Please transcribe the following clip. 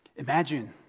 Imagine